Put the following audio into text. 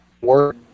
work